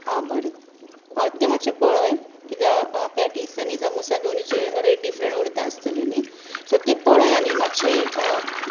आं बरें हय तें मातशें पळय कित्याक पॅटीस आनी सामोसा दोनीचे रेट डिफरंट उरता आसतले न्हय सो ते पळय आनी मात्शे